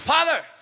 Father